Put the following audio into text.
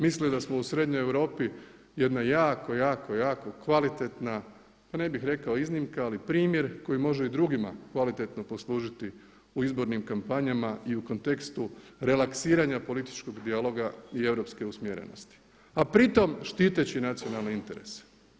Dapače, misle da smo u srednjoj Europi jedna jako, jako, jako kvalitetna, pa ne bih rekao iznimka ali primjer koji može i drugima kvalitetno poslužiti u izbornim kampanjama i u kontekstu relaksiranja političkog dijaloga i europske usmjerenosti a pri tome štiteći nacionalne interese.